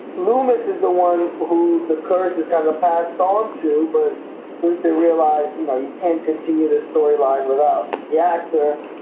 loomis is the one who the curse is kind of of passed on to but since they realized, you know you can't continue this storyline without the actor.